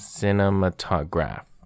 cinematograph